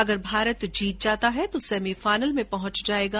यदि भारत जीत जाता है तो सेमी फाईनल में पहुंच जायेगा